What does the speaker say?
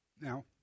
Now